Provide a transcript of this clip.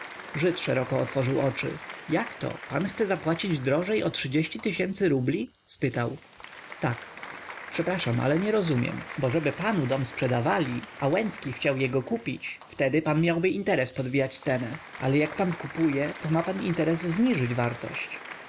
żyd szeroko otworzył oczy jakto pan chce zapłacić drożej o rubli spytał tak przepraszam ale nie rozumiem bo żeby panu dom sprzedawali a łęcki chciał jego kupić wtedy pan miałby interes podbijać cenę ale jak pan kupuje to pan ma interes zniżyć wartość